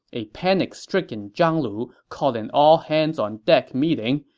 a panic-stricken zhang lu called an all-hands-on-deck meeting,